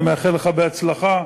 אני מאחל לך בהצלחה.